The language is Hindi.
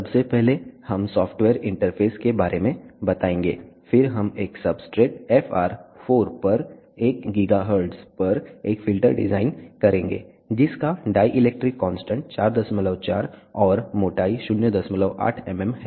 सबसे पहले हम सॉफ्टवेयर इंटरफेस के बारे में बताएंगे फिर हम एक सब्सट्रेट FR 4 पर 1 GHz पर एक फ़िल्टर डिज़ाइन करेंगे जिसका डाइलेक्ट्रिक कांस्टेंट 44 और मोटाई 08 mm है